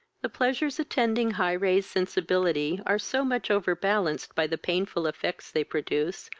the pleasures attending high-raised sensibility are so much over-balanced by the painful effects they produce,